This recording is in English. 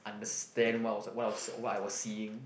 understand what I was what I was what I was seeing